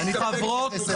אני --- לא,